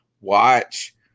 watch